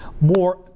more